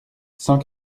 cent